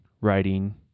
writing